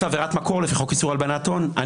זאת עבירת מקור לפי חוק איסור הלבנת הון.